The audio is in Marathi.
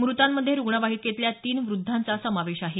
मृतांमध्ये रुग्णवाहिकेतल्या तीन व्रद्धांचा समावेश आहे